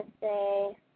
say